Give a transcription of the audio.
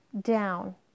down